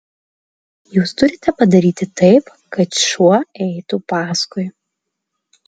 jūs turite padaryti taip kad šuo eitų paskui